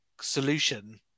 solution